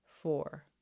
four